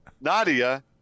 Nadia